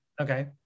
Okay